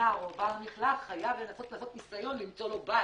הווטרינר או בעל המכלאה חייב יהיה לעשות ניסיון למצוא לו בית.